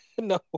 No